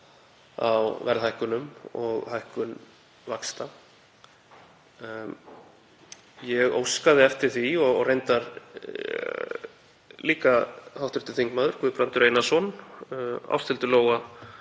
á verðhækkunum og hækkun vaxta. Ég óskaði eftir því, og reyndar líka hv. þingmenn Guðbrandur Einarsson, Ásthildur Lóa